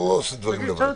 הצבעה הרוויזיה לא אושרה.